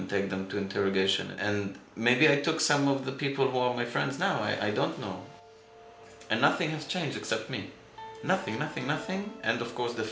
and take them to interrogation and maybe i took some of the people or my friends now i don't know and nothing's changed except me nothing nothing nothing and of course the